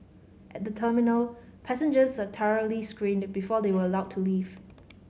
at the terminal passengers are thoroughly screened before they were allowed to leave